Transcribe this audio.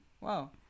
Wow